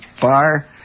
bar